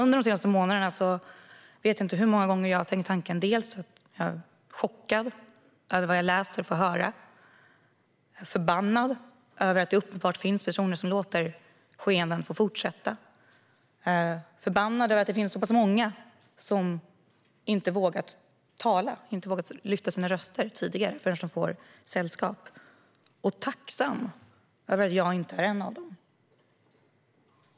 Under de senaste månaderna vet jag inte hur många gånger jag har blivit chockad över vad jag läst och fått höra, hur förbannad jag har blivit över att det uppenbart finns personer som låter skeenden få fortsätta och över att det finns så pass många som inte har vågat höja sina röster tidigare utan först nu när de fått sällskap och hur tacksam jag känt mig över att jag inte är en av dem.